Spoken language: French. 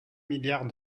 milliards